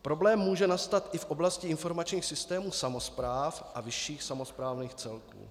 Problém může nastat i v oblasti informačních systémů samospráv a vyšších samosprávných celků.